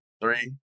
Three